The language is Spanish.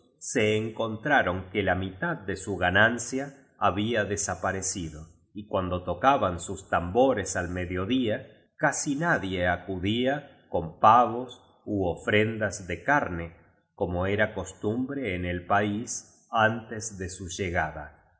se encontraron que la mitad de su ganancia había desaparecido y cuando tocaban sus tam bores al mediodía casi nadie acudía con pavos ú ofrendas de carne como era costumbre en el país antes de su llegada